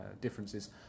differences